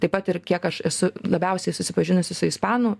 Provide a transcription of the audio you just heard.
taip pat ir kiek aš esu labiausiai susipažinusi su ispanų